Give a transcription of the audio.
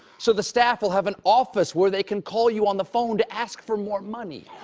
so the staff will have an office where they can call you on the phone to ask for more money.